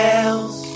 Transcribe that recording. else